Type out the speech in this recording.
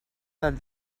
del